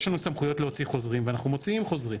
יש לנו סמכויות להוציא חוזרים ואנחנו מוציאים חוזרים.